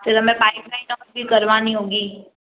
फिर हमें pipeline और भी करवानी होगी